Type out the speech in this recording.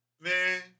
man